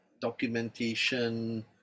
documentation